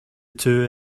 two